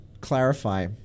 clarify